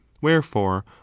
wherefore